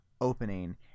opening